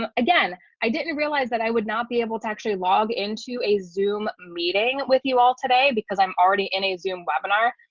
um again, i didn't realize that i would not be able to actually log into a zoom meeting with you all today because i'm already in a zoom webinar.